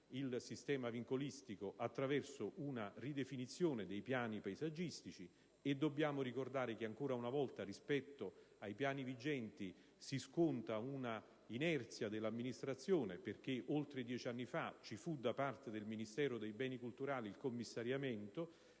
il sistema vincolistico attraverso una ridefinizione dei piani paesaggistici. Dobbiamo ricordare che ancora una volta, rispetto ai piani vigenti, si sconta una inerzia dell'amministrazione. Infatti, oltre dieci anni fa, da parte del Ministero dei beni culturali ci fu il commissariamento